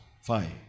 Fine